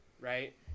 right